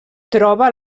troba